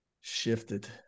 shifted